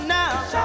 now